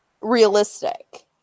realistic